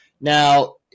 Now